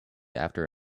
after